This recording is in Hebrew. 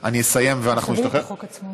אני אסיים ואנחנו נשתחרר, תביא לי את החוק עצמו.